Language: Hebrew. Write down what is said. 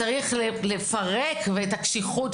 צריך לפרק את הקשיחות,